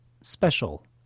Special